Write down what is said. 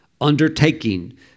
undertaking